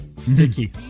Sticky